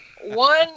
one